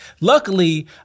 Luckily